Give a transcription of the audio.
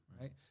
right